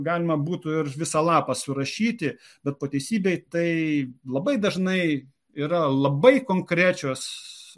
galima būtų ir visą lapą surašyti bet po teisybei tai labai dažnai yra labai konkrečios